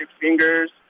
fingers